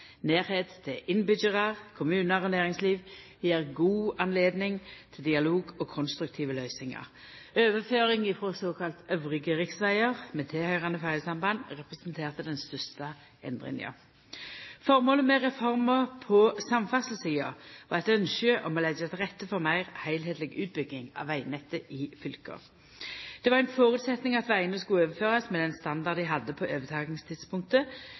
Nærleik til innbyggjarar, kommunar og næringsliv gjev gode høve til dialog og konstruktive løysingar. Overføring frå såkalla «øvrige» riksvegar med tilhøyrande ferjesamband representerte den største endringa. Formålet med reforma på samferdselssida var eit ynske om å leggja til rette for meir heilskapleg utbygging av vegnettet i fylka. Det var ein føresetnad at vegane skulle overførast med den standarden dei hadde på overtakingstidspunktet,